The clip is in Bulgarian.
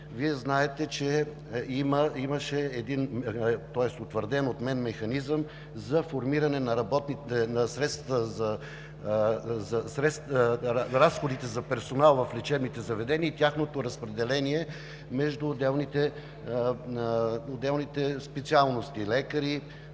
Вие знаете, че имаше утвърден от мен механизъм за формиране на разходите за персонал в лечебните заведения и тяхното разпределение между отделните специалности – лекари,